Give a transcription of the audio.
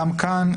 גם כאן,